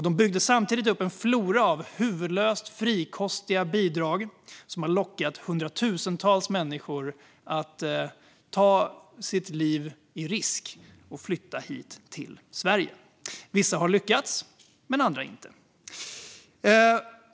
De byggde samtidigt upp en flora av huvudlöst frikostiga bidrag som har lockat hundratusentals människor att riskera sina liv och flytta hit till Sverige. Vissa har lyckats, andra inte.